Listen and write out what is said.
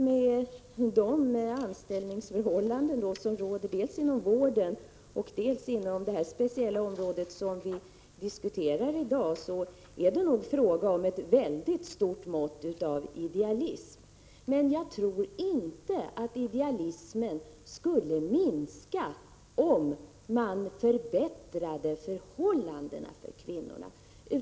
Med de anställningsförhållanden som råder dels inom vården, dels inom det speciella område som vi diskuterar i dag är det nog fråga om ett väldigt stort mått av idealism. Men jag tror inte att idealismen skulle minska, om man förbättrade förhållandena för kvinnorna.